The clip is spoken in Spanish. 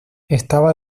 estaba